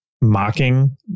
mocking